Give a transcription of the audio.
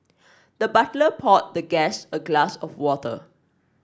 the butler poured the guest a glass of water